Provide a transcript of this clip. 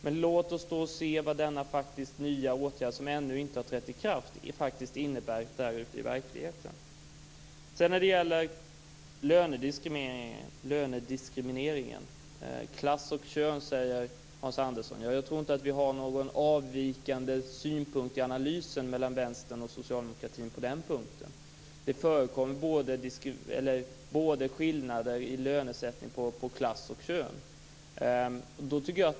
Men låt oss se vad denna nya åtgärd, som ännu inte har trätt i kraft, innebär ute i verkligheten. När det gäller lönediskrimineringen talar Hans Andersson om klass och kön. Jag tror inte att vi har någon avvikande synpunkt i analysen mellan Vänstern och Socialdemokraterna på den punkten. Det förekommer skillnader i lönesättning vad gäller både klass och kön.